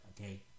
Okay